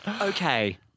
Okay